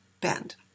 bend